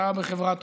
אתה בחברה טובה.